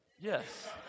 Yes